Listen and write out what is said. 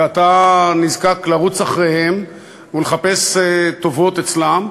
ואתה נזקק לרוץ אחריהם ולחפש טובות אצלם,